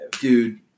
Dude